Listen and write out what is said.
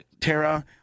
Tara